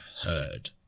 heard